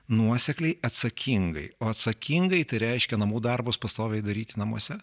nuosekliai atsakingai o atsakingai tai reiškia namų darbus pastoviai daryti namuose